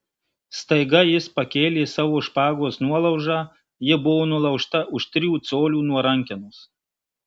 staiga jis pakėlė savo špagos nuolaužą ji buvo nulaužta už trijų colių nuo rankenos